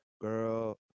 girl